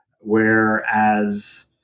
Whereas